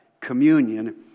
communion